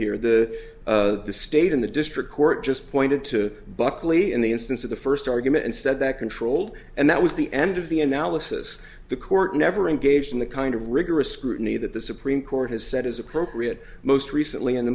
here the the state in the district court just pointed to buckley in the instance of the first argument and said that controlled and that was the end of the analysis the court never engaged in the kind of rigorous scrutiny that the supreme court has said is appropriate most recently